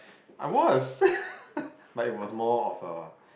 I was but it was more of a